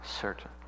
certain